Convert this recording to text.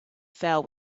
fell